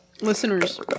listeners